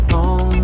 on